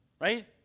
right